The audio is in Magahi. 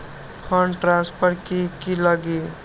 फंड ट्रांसफर कि की लगी?